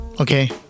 Okay